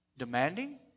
Demanding